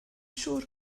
siŵr